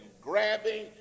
grabbing